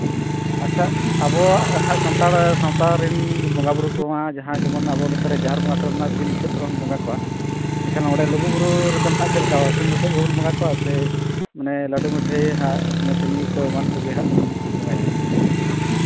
ᱟᱪᱪᱷᱟ ᱟᱵᱚᱣᱟᱜ ᱥᱟᱱᱛᱟᱲ ᱥᱟᱶᱛᱟ ᱨᱮᱱ ᱵᱚᱸᱜᱟᱼᱵᱩᱨᱩ ᱠᱚᱢᱟ ᱡᱟᱦᱟᱸ ᱜᱮᱵᱚᱱ ᱟᱵᱚ ᱱᱚᱛᱮ ᱨᱮ ᱡᱟᱦᱮᱨ ᱵᱚᱸᱜᱟ ᱠᱚᱨᱮ ᱦᱩᱱᱟᱹᱜ ᱥᱤᱢ ᱵᱩᱥᱟᱹᱜ ᱠᱚᱵᱚᱱ ᱵᱚᱸᱜᱟ ᱠᱚᱣᱟ ᱮᱱᱠᱷᱟᱱ ᱚᱸᱰᱮ ᱞᱩᱜᱩᱼᱵᱩᱨᱩ ᱨᱮᱫᱚ ᱱᱟᱦᱟᱜ ᱪᱮᱫᱠᱟ ᱥᱤᱢ ᱵᱩᱥᱟᱹᱜ ᱜᱮᱵᱚᱱ ᱵᱚᱸᱜᱟ ᱠᱚᱣᱟ ᱥᱮ ᱞᱟᱹᱰᱩ ᱢᱤᱴᱷᱟᱹᱭ ᱟᱨ ᱢᱟᱹᱪᱱᱤ ᱠᱚ ᱮᱢᱟᱱ ᱠᱚᱜᱮ ᱦᱟᱜ ᱵᱚᱱ ᱵᱚᱸᱜᱟᱭᱟ